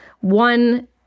One